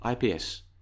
IPS